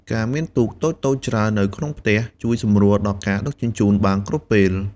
ការមានទូកតូចៗច្រើននៅក្នុងផ្ទះជួយសម្រួលដល់ការដឹកជញ្ជូនបានគ្រប់ពេល។